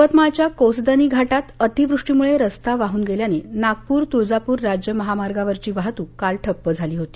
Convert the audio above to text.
यवतमाळच्या कोसदनी घाटात अतिवृष्टीमुळे रस्ता वाहून गेल्याने नागपूर तुळजापूर राज्य महामार्गावरची वाहतूक काल ठप्प झाली होती